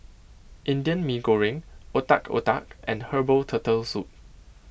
Indian Mee Goreng Otak Otak and Herbal Turtle Soup